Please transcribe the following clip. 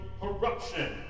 corruption